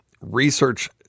research